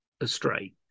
astray